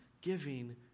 giving